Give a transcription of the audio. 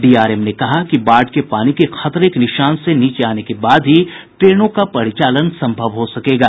DRM ने कहा कि बाढ़ के पानी के खतरे निशान से नीचे आने के बाद ही ट्रेनों का परिचालन सम्भव हो सकेगा